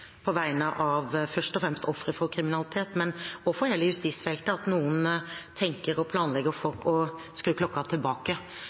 på vegne av først og fremst ofre for kriminalitet, men også hele justisfeltet, for at noen tenker og planlegger for å